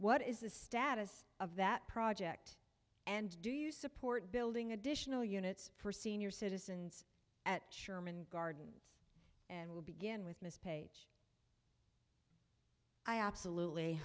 what is the status of that project and do you support building additional units for senior citizens at sherman gardens and we'll begin with ms paige i absolutely